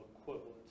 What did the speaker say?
equivalent